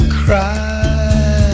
cry